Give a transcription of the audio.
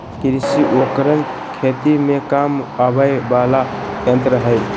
कृषि उपकरण खेती में काम आवय वला यंत्र हई